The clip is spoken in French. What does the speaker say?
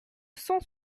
cent